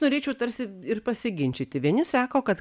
norėčiau tarsi ir pasiginčyti vieni sako kad